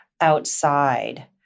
outside